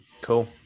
Cool